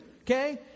okay